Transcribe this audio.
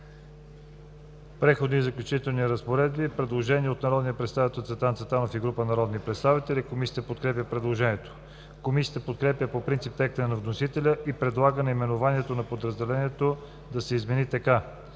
„Преходни и заключителни разпоредби“. Предложение от народния представител Цветан Цветанов и група народни представители. Комисията подкрепя предложението. Комисията подкрепя по принцип текста на вносителя и предлага наименованието на подразделението да се измени така: